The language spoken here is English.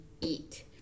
eat